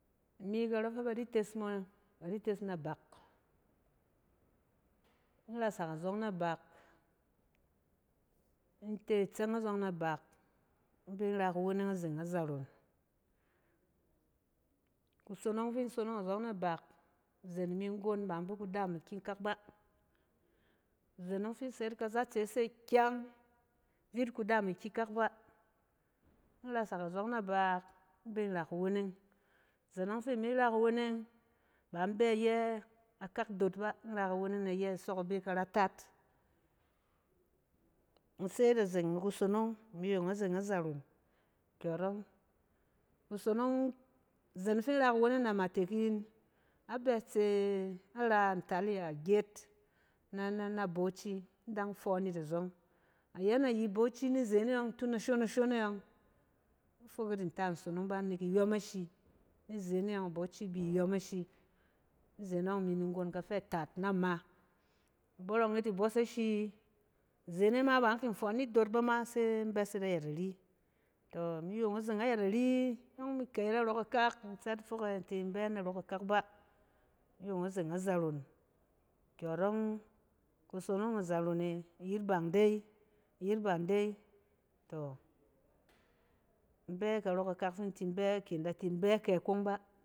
Imi karↄɛ fɛ ba di tos mo, ba di tes na bak. In rasak azↄng na bak, in te itsɛng azↄng na bak, in bin ra kuweneng a zeng na zaron. Kusonong fin sonong azↄng na bak, izen imi nggon ba in bi kudaam ikyikak ba. Izen ↄng fi se, kazatse se kyang, vit kudaam ikyikak ba. In rasak a zↄng na bak-in bin ra kuweneng. Izen ↄng fi imi ra kuweneng, ba in bɛ ayɛ akak dot ba. In ra kuweneng ni iyɛ kusↄk abe karataat. In set azeng ni kusonong, imi yong azeng na zaron kyↄrↄng. kusonong, izen ↄng fi in ra kuweneng na amatek in abɛ tse a ra ntalia gyet, nɛ-na bauchi. In dang fↄↄn yit azↄng, ayanayi bauchi ni zen e ↄng tun ashon-ashon e yↄng, in fok yit nta sonong ba nek iyↄm ashi. Nizen e yↄng, a bauchi bi iyↄm ashi izen e yng imi ni nggon kafv taat na ma. In bↄrↄng yit ibↄs ashi, izen e ma ba in kin fↄↄn yit dot ba ma se in bɛs yit ayɛt ari. tↄ imi yↄng azeng ayɛt ari, iyↄng imi kɛ yit narↄ kakak, in tsɛt fok ɛ-in tin bɛ arↄ kakak ba. Imi yong a zeng a zaron kyↄrↄng kusonong azoron e, iyit ban dai bɛ, tɔ kɛ in da tin bɛ kɛ kong ba